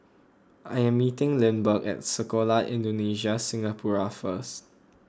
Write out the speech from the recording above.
I am meeting Lindbergh at Sekolah Indonesia Singapura first